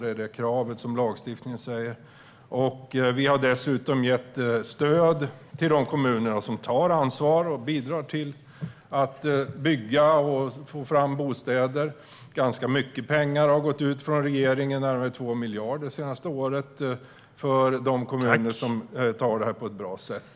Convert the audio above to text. Det är kravet som lagstiftningen ställer. Vi har dessutom gett stöd till de kommuner som tar ansvar och bidrar till att bygga och få fram bostäder. Ganska mycket pengar har gått ut från regeringen - närmare 2 miljarder det senaste året - till de kommuner som tar sig an det här på ett bra sätt.